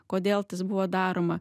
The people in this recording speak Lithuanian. kodėl tas buvo daroma